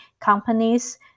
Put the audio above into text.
companies